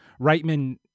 Reitman